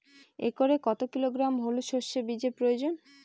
একরে কত কিলোগ্রাম হলুদ সরষে বীজের প্রয়োজন?